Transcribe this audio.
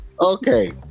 okay